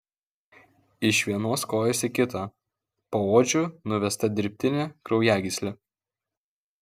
iš vienos kojos į kitą paodžiu nuvesta dirbtinė kraujagyslė